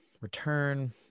return